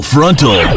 Frontal